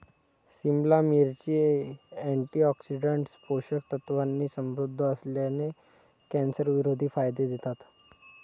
सिमला मिरची, अँटीऑक्सिडंट्स, पोषक तत्वांनी समृद्ध असल्याने, कॅन्सरविरोधी फायदे देतात